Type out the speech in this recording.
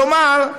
כלומר,